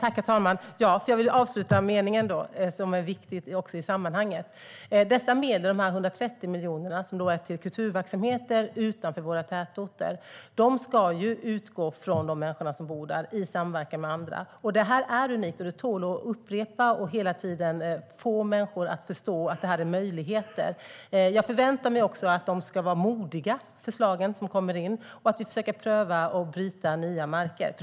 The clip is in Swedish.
Herr talman! Dessa medel, de 130 miljonerna till kulturverksamheter utanför våra tätorter, ska utgå från de boende i samverkan med andra. Det här är unikt, och det tål att upprepas hela tiden för att få människor att förstå att det här innebär möjligheter. Jag förväntar mig också att de förslag som kommer in ska vara modiga och att vi försöker pröva att bryta nya marker.